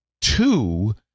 two